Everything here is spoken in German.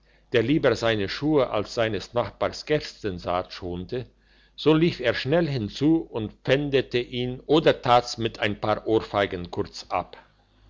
der lieber seine schuhe als seines nachbars gerstensaat schonte so lief er schnell hinzu und pfändete ihn oder tat's mit ein paar ohrfeigen kurz ab